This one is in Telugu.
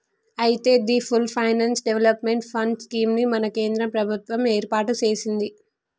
అయితే the full finance development fund scheme ని మన కేంద్ర ప్రభుత్వం ఏర్పాటు సెసింది